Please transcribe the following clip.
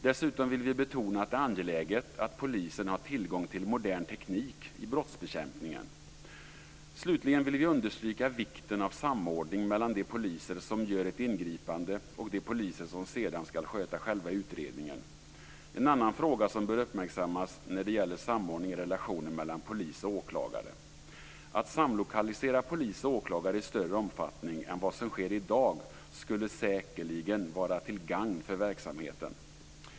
Dessutom vill vi betona att det är angeläget att polisen har tillgång till modern teknik i brottsbekämpningen. Slutligen vill vi understryka vikten av samordning mellan de poliser som gör ett ingripande och de poliser som sedan ska sköta själva utredningen. En annan fråga som bör uppmärksammas när det gäller samordning är relationen mellan polis och åklagare. Att samlokalisera polis och åklagare i större omfattning än vad som sker i dag skulle säkerligen vara till gagn för verksamheten.